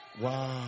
Wow